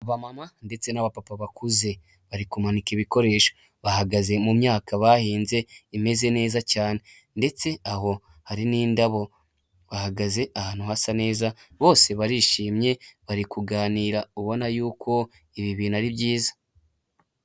Abamama ndetse n'abapapa bakuze. Bari kumanika ibikoresho. Bahagaze mu myaka bahinze imeze neza cyane. Ndetse aho hari n'indabo. Bahagaze ahantu hasa neza, bose barishimye bari kuganira ubona yuko ibi bintu ari byiza.